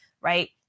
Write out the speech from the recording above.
right